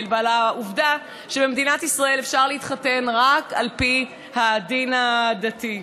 ועל העובדה שבמדינת ישראל אפשר להתחתן רק על פי הדין הדתי.